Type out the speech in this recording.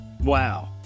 Wow